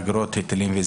אגרות והיטלים,